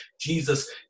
Jesus